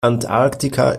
antarktika